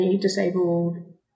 disabled